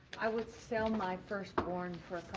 i would sell my first born for